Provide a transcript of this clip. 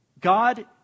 God